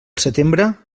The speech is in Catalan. setembre